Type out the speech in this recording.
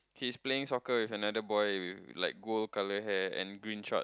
he's playing soccer with another boy with like gold colour hair and green short